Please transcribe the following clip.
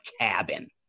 cabin